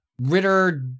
Ritter